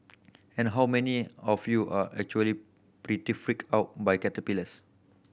and how many of you are actually pretty freaked out by caterpillars